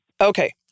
Okay